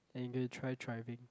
and we'll try driving